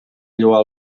lloar